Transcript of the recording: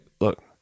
Look